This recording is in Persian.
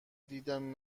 دیدم